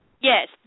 Yes